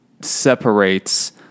separates